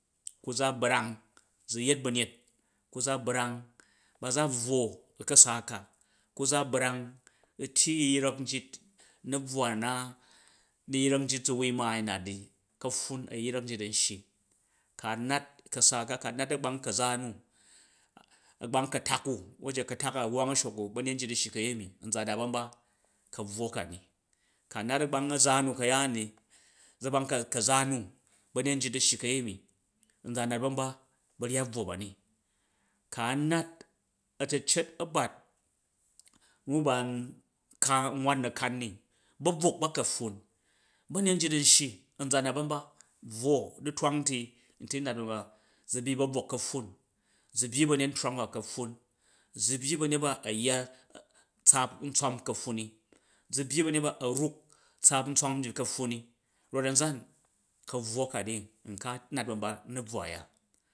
Ku̱za brang zu̱ yet ba̱nyet, ku̱ za brang ba za bvwo u̱ ka̱sa ka, ku̱ za brang u̱ tyyi a̱yiyrok u̱ nabvwa na du̱yrok nyit tu̱ wai maai u̱ nat i, ka̱pffun a̱yiyrek nyit a̱n shyi, ka nat ka̱sa ka, ka nat a̱gbang ka̱za na, agbang ka̱tak u nye ka̱tak a̱wwang a̱shong u̱ ba̱nyet njit a̱ shyi ka̱pepi za a̱ nat bam ba, kabvwo kani ku̱ a̱ nat a̱gbang a̱za nu ka̱ya ni a a̱zagbang ka̱za nu ba̱nyet nyit a̱ shyi ka̱yemi nza nat a̱ nat ban ba nba ba̱ rryat bvwo ba ni, ku̱ a̱ nat a̱cecet a̱bat u ba nka, n waat na̱kan ni, ba̱brok ba ka̱pffun ba̱nyet nyit a̱n shyi nza a̱ nat ban ba buvo, du̱tong ti nti nat ban ba, zu̱ byyi ba̱ book ka̱pffun, zee beyyi ba̱nyet ntwang ba kapffun, zu byyi ba̱nyet ba a̱ yya tssap ntswan ka̱pffun ni, u̱ byyi ba̱nyet ba a ruk tsaap ntswam ka̱pffun ni rot a̱nzan, ka̱bvwo a̱ya nka a̱ nat ban ba u̱ na̱buwa a̱ya.